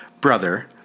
Brother